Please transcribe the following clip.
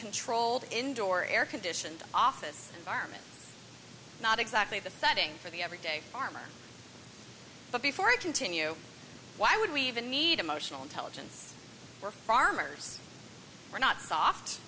controlled indoor air conditioned office environment not exactly the setting for the everyday farmer but before i continue why would we even need emotional intelligence where farmers are not soft